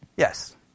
Yes